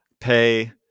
pay